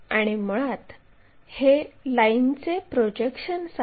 आणि मुळात हे लाईनचे प्रोजेक्शन्स आहेत